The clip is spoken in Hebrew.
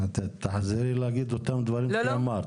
את תחזרי להגיד את אותם דברים שאמרת.